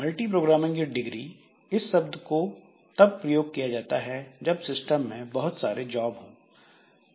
multiprogramming की degree इस शब्द को तब प्रयोग किया जाता है जब सिस्टम में बहुत सारे जॉब हों